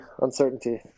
uncertainty